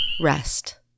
Rest